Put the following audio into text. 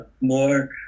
more